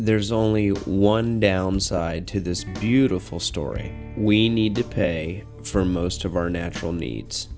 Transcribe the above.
there's only one downside to this beautiful story we need to pay for most of our natural needs